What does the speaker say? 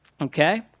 Okay